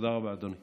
תודה רבה, אדוני.